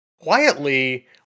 quietly